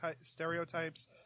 stereotypes